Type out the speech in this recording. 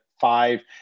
five